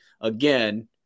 Again